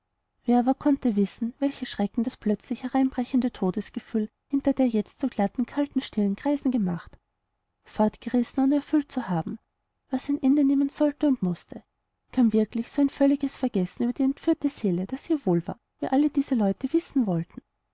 wer aber konnte wissen welche schrecken das plötzlich hereinbrechende todesgefühl hinter der jetzt so glatten kalten stirn kreisen gemacht fortgerissen ohne erfüllt zu haben was ein ende nehmen sollte und mußte kam wirklich ein so völliges vergessen über die entführte seele daß ihr wohl war wie alle diese leute wissen wollten